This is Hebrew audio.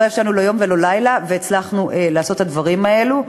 לא ישנו לא יום ולא לילה והצלחנו לעשות את הדברים האלה.